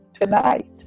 tonight